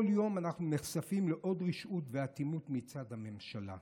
כל יום אנחנו נחשפים לעוד רשעות ואטימות מצד הממשלה.